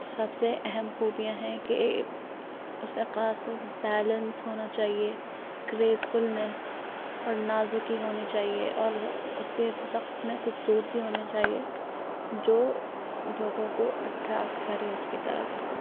سب سے اہم خوبیاں ہیں کہ اس رقاص بیلنس ہونا چاہیے کریز فلنیس اور نازکی ہونی چاہیے اور اس کے رقص میں خوبصورتی ہونی چاہیے جو لوگوں کو اٹریکٹ کرے اس کی طرف